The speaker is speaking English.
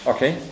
Okay